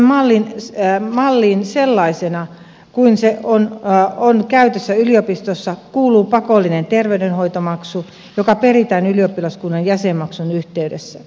ythsn malliin sellaisena kuin se on käytössä yliopistoissa kuuluu pakollinen terveydenhoitomaksu joka peritään ylioppilaskunnan jäsenmaksun yhteydessä